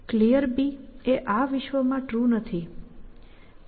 Clear એ આ વિશ્વમાં ટ્રુ નથી